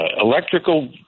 electrical